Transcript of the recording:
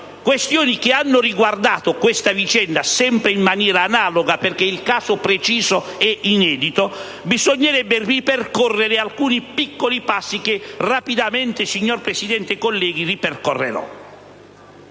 questioni che hanno riguardato questa vicenda (sempre in maniera analoga perché il caso preciso è inedito), bisognerebbe ricordare alcuni piccoli passi che rapidamente, signor Presidente, colleghi, vado